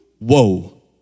Whoa